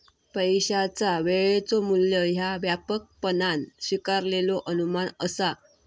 पैशाचा वेळेचो मू्ल्य ह्या व्यापकपणान स्वीकारलेलो अनुमान असा